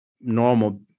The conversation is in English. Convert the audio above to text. normal